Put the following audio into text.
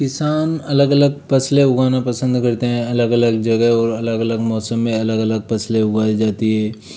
किसान अलग अलग फसलें उगाना पसंद करते हैं अलग अलग जगह और अलग अलग मौसम में अलग अलग फसलें उगाई जाती है